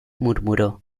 murmuró